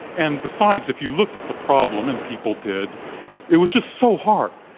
and besides, if you looked at the problem and people did it was just so hard.